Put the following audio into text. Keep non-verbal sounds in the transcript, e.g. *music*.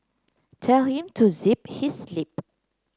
*noise* tell him to zip his lip